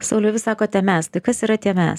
sauliau vis sakote mes tai kas yra tie mes